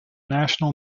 national